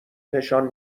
نشان